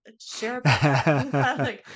share